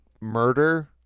murder